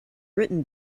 written